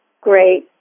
great